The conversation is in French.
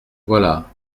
voilà